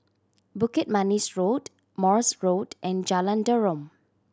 Bukit Manis Road Morse Road and Jalan Derum